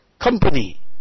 company